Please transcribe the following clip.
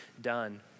done